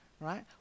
Right